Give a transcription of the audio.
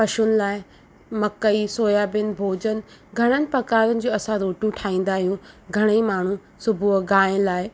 पशुनि लाइ मकई सोयाबीन भोजन घणनि प्रकारनि जो असां रोटियूं ठाहींदा आहियूं घणई माण्हूं सुबूह जो गांइ लाइ